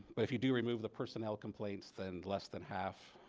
but if you do remove the personnel complaints then less than half.